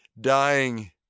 dying